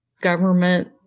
government